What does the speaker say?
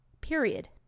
period